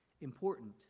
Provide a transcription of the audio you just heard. important